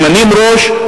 ממנים ראש,